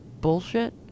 bullshit